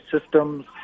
systems